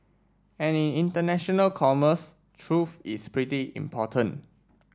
and in international commerce truth is pretty important